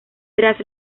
tras